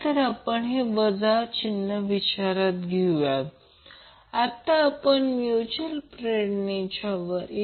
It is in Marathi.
तर आपल्याला L ची दोन मूल्ये मिळतात ज्यासाठी सर्किट रेसोनेट करेल